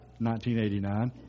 1989